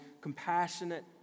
compassionate